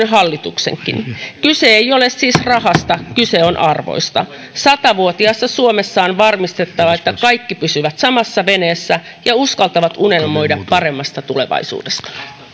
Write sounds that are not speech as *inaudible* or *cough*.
*unintelligible* hallituksenkin kyse ei ole siis rahasta kyse on arvoista satavuotiaassa suomessa on varmistettava että kaikki pysyvät samassa veneessä ja uskaltavat unelmoida paremmasta tulevaisuudesta